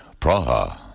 Praha